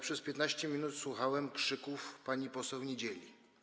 Przez 15 minut słuchałem krzyków pani poseł Niedzieli.